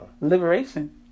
Liberation